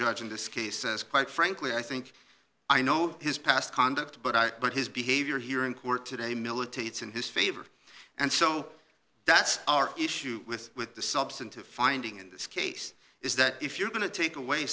judge in this case quite frankly i think i know his past conduct but i but his behavior here in court today militates in his favor and so that's our issue with with the substantive finding in this case is that if you're going to take away